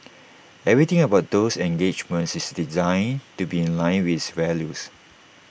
everything about those engagements is designed to be in line with its values